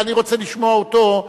אני רוצה לשמוע אותו,